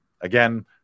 again